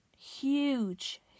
huge